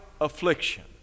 affliction